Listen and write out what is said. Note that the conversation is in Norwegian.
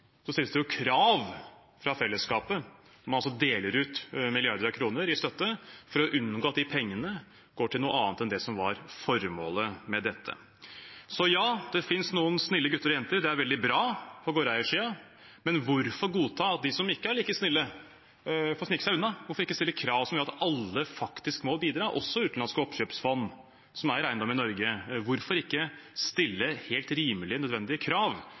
stilles det krav fra fellesskapet, som altså deler ut milliarder av kroner i støtte, for å unngå at pengene går til noe annet enn det som var formålet med dette. Så ja, det finnes noen snille gutter og jenter på gårdeiersiden – det er veldig bra – men hvorfor godta at de som ikke er like snille, får snike seg unna? Hvorfor ikke stille krav som gjør at alle faktisk må bidra, også utenlandske oppkjøpsfond som eier eiendom i Norge? Hvorfor ikke stille helt rimelige og nødvendige krav